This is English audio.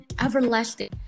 everlasting